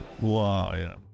wow